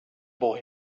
boy